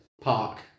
park